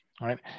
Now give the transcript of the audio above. Right